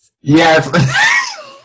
Yes